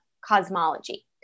cosmology